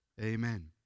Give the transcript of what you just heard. Amen